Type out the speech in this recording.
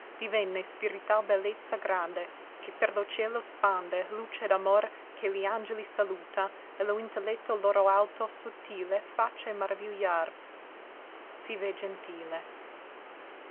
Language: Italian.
divenne spirital bellezza grande che per lo cielo spande luce d'amor che li angeli saluta e lo intelletto loro alto sottile face maravigliar sì v'è gentile